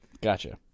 Gotcha